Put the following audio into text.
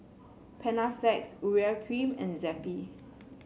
Panaflex Urea Cream and Zappy